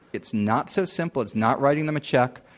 it's not so simple. it's not writing them a check,